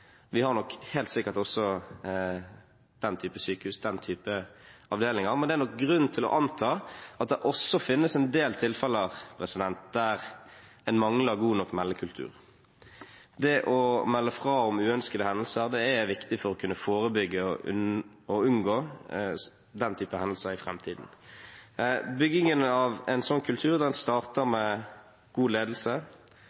vi har nok helt sikkert også den typen sykehus og den typen avdelinger – men det er nok grunn til å anta at det også finnes en del tilfeller der en mangler god nok meldekultur. Det å melde fra om uønskede hendelser er viktig for å kunne forebygge og unngå den typen hendelser i framtiden. Bygging av en sånn kultur